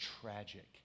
tragic